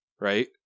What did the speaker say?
right